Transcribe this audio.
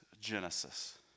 genesis